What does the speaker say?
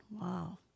Wow